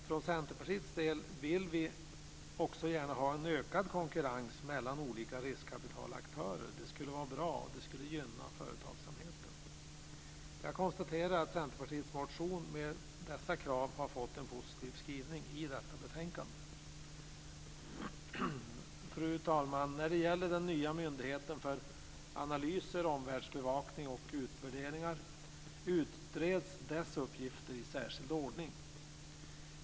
För Centerpartiets del vill vi också gärna ha en ökad konkurrens mellan olika riskkapitalaktörer. Det skulle vara bra, och det skulle gynna företagsamheten. Jag konstaterar att Centerpartiets motion med dessa krav har fått en positiv skrivning i detta betänkande. Fru talman! När det gäller den nya myndigheten för analyser, omvärldsbevakning och utvärderingar utreds dess uppgifter i särskild ordning.